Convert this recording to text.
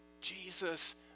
Jesus